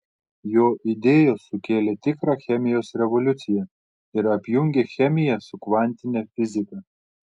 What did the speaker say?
jo idėjos sukėlė tikrą chemijos revoliuciją ir apjungė chemiją su kvantine fiziką